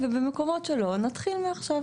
ובמקומות שלא - נתחיל מעכשיו.